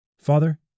Father